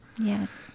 Yes